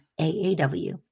AAW